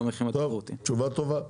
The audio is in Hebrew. תשובה טובה,